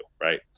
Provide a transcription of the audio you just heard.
right